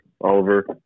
Oliver